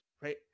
right